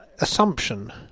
assumption